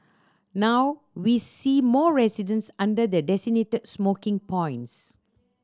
now we see more residents under the designated smoking points